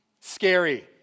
Scary